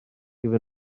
iddyn